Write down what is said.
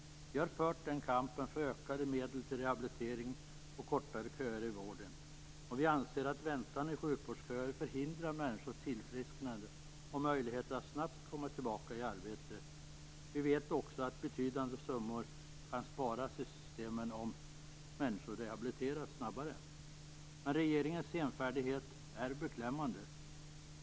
Vi i Folkpartiet har fört kampen för ökade medel till rehabilitering och kortare köer i vården. Vi anser att väntan i sjukvårdsköer förhindrar människors tillfrisknande och möjligheter att snabbt komma tillbaka i arbete. Vi vet också att betydande summor kan sparas i systemen om människor rehabiliteras snabbare. Men regeringens senfärdighet är beklämmande.